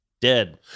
dead